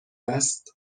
است